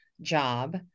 job